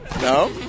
No